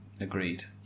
agreed